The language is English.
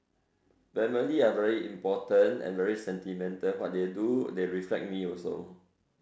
family are very important and very sentimental what they do they reflect me also